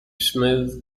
smooth